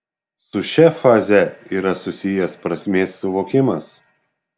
su šia faze yra susijęs prasmės suvokimas